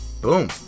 boom